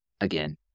again